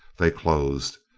they closed.